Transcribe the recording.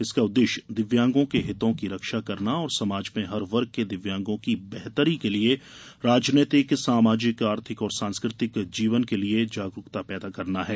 इसका उद्देश्य दिव्यांगों के हितों की रक्षा करना और समाज में हर वर्ग के दिव्यांगों की बेहतरी के लिए राजनीतिक सामाजिक आर्थिक और सांस्कृतिक जीवन के लिए जागरूकता पैदा करना है